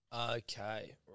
Okay